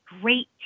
great